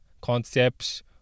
concepts